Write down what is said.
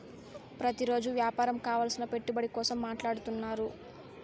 ప్రతిరోజు వ్యాపారం కావలసిన పెట్టుబడి కోసం మాట్లాడుతున్నాను